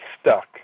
stuck